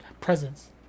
presence